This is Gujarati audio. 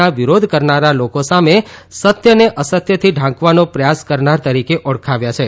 ના વિરોધ કરનારા લોકો સામે સત્યને અસત્યથી ઢાંકવાનો પ્રયાસ કરનાર તરીકે ઓળખાવ્યા છે